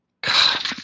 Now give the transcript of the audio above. God